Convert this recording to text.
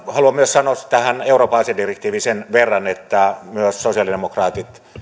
haluan myös sanoa tähän euroopan asedirektiiviin liittyen sen verran että myös sosialidemokraatit